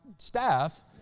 Staff